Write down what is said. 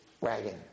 wagon